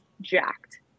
jacked